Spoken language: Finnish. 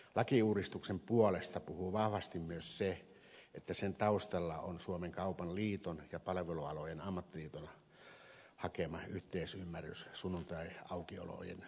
lakiuudistuksen puolesta puhuu vahvasti myös se että esityksen taustalla on kaupan liiton ja palvelualojen ammattiliiton hakema yhteisymmärrys sunnuntaiaukiolojen työehtokysymyksistä